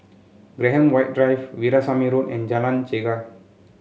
Graham White Drive Veerasamy Road and Jalan Chegar